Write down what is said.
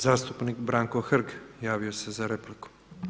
Zastupnik Branko Hrg javio se za repliku.